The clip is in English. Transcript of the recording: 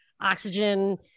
oxygen